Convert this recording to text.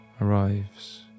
arrives